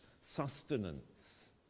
sustenance